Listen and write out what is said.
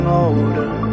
older